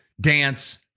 dance